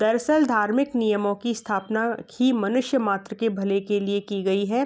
दरअसल धार्मिक नियमों कि स्थापना ही मनुष्य मात्र के भले के लिए की गई है